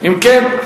אם כן,